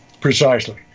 Precisely